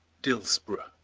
dillsborough.